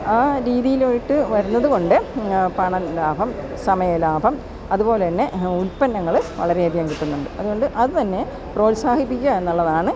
ആ രീതിയിലോട്ട് വരുന്നതുകൊണ്ട് പണം ലാഭം സമയലാഭം അതുപോലെതന്നെ ഉൽപ്പന്നങ്ങള് വളരെയധികം കിട്ടുന്നുണ്ട് അതുകൊണ്ട് അത് തന്നെ പ്രോത്സാഹിപ്പിക്കുക എന്നുള്ളതാണ്